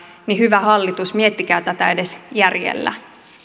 niin hyvä hallitus miettikää tätä edes järjellä